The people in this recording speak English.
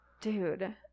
Dude